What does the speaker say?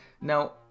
Now